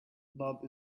love